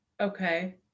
Okay